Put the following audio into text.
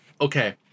Okay